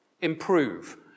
improve